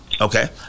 Okay